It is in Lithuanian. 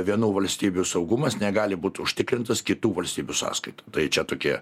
vienų valstybių saugumas negali būt užtikrintas kitų valstybių sąskaita tai čia tokie